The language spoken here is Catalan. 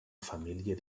família